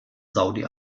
saudi